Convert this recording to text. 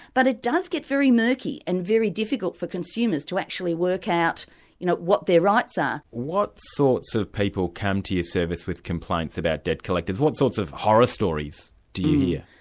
but it does get very murky and very difficult for consumers to actually work out you know what their rights are. ah what sorts of people come to your service with complaints about debt collectors? what sorts of horror stories do you yeah